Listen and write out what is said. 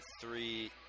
three